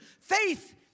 faith